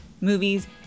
movies